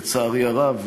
לצערי הרב,